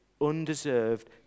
undeserved